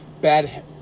bad